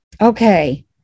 Okay